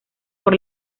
por